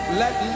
let